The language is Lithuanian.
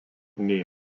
nei